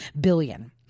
billion